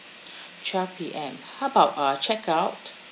twelve P_M how about uh check out